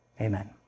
Amen